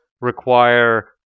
require